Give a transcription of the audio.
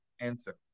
answer